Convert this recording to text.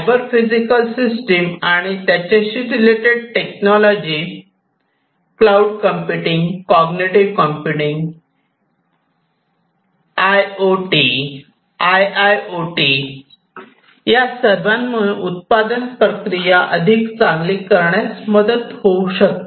cyber physical system आणि त्याच्याशी related technology cloud computing cognitive computing I O T I I O T या सर्वांमुळे उत्पादन प्रक्रिया अधिक चांगली करण्यात मदत होऊ शकते